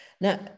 Now